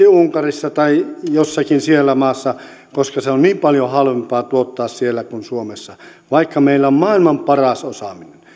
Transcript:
unkarissa tai jossakin siellä maassa koska se on niin paljon halvempaa tuottaa siellä kuin suomessa vaikka meillä on maailman paras osaaminen